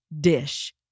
dish